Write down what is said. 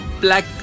Black